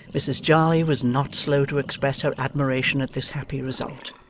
mrs jarley was not slow to express her admiration at this happy result,